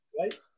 right